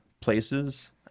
places